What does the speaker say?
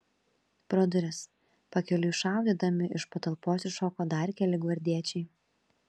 pro duris pakeliui šaudydami iš patalpos iššoko dar keli gvardiečiai